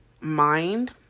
mind